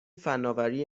فناوری